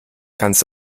ganz